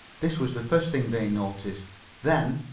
this was the first thing they noticed then,